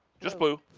just blue.